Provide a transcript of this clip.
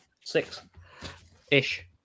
six-ish